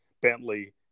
Bentley